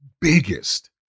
biggest